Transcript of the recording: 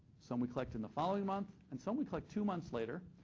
some we collect in the following month, and some we collect two months later,